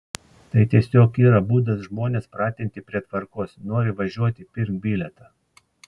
tai tiesiog yra būdas žmones pratinti prie tvarkos nori važiuoti pirk bilietą